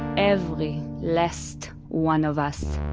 every. last. one of us.